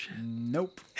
Nope